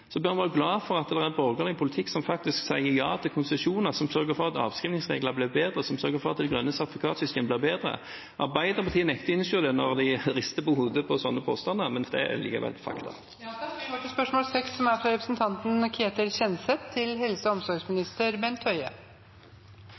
bør være glad for en borgerlig politikk som faktisk sier ja til konsesjoner, som sørger for at avskrivningsregler blir bedre, og som sørger for at det grønne sertifikatsystemet blir bedre. Arbeiderpartiet nekter å innse det – og man rister på hodet over slike påstander – men det er likevel et faktum. «I Riksrevisjonens selskapskontroll av helseforetakene for 2013 påpekte de mangel på risiko- og sårbarhetsanalyser av IKT og